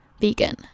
vegan